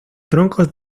troncos